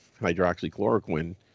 hydroxychloroquine